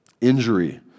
injury